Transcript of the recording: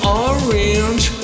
orange